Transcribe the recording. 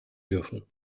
dürfen